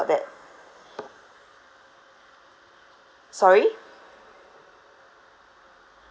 sorry